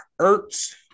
Ertz